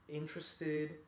interested